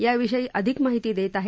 याविषयी अधिक माहिती देत आहेत